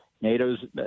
NATO's